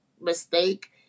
mistake